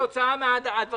שכתוצאה מהם